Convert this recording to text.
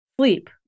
sleep